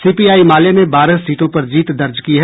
CPI माले ने बारह सीटों पर जीत दर्ज की है